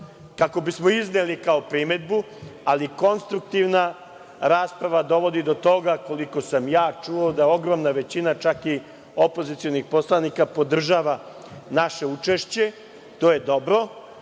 kako bismo izneli kao primedbu, ali konstruktivna rasprava dovodi do toga, koliko sam ja čuo, da je ogromna većina, čak i opozicionih poslanika, podržava naše učešće. To je dobro.